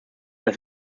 dass